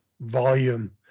Volume